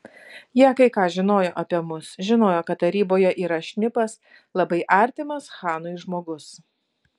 jie kai ką žinojo apie mus žinojo kad taryboje yra šnipas labai artimas chanui žmogus